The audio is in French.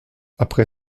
après